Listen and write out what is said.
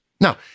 now